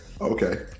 Okay